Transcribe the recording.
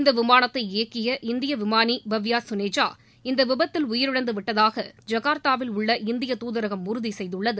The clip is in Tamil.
இந்த விமானத்தை இயக்கிய இந்திய விமானி பவ்யே சுனேஜா இந்த விபத்தில் உயிரிழந்து விட்டதாக ஐகர்தாவில் உள்ள இந்திய தூதரகம் உறுதி செய்துள்ளது